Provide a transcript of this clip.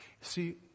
See